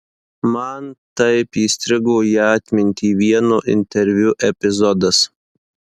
man taip įstrigo į atmintį vieno interviu epizodas